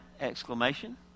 exclamation